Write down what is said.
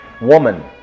woman